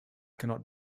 cannot